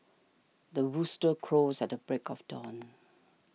the rooster crows at the break of dawn